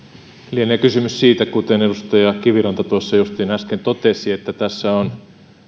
lienee kysymys siitä kuten edustaja kiviranta tuossa juuri äsken totesi että tässä on